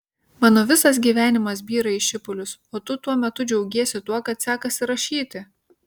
mano visas gyvenimas byra į šipulius o tu tuo metu džiaugiesi tuo kad sekasi rašyti